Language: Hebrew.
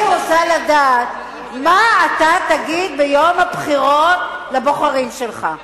אני רוצה לדעת מה אתה תגיד ביום הבחירות לבוחרים שלך.